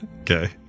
Okay